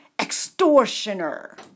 extortioner